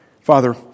Father